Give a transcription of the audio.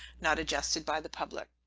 not adjusted by the public.